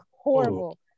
horrible